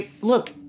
look